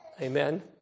Amen